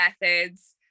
methods